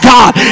God